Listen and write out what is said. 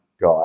guy